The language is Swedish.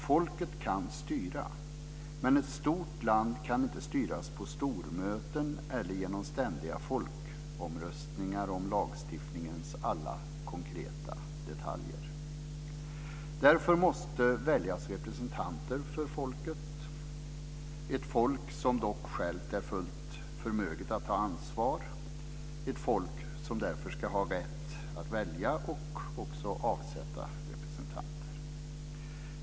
Folket kan styra, men ett stort land kan inte styras på stormöten eller genom ständiga folkomröstningar om lagstiftningens alla konkreta detaljer. Därför måste det väljas representanter för folket - ett folk som dock självt är fullt förmöget att ta ansvar och ett folk som därför ska ha rätt att välja och även avsätta representanter.